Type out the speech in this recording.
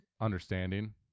understanding